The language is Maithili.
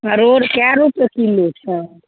परोड़ कए रूपये किलो छै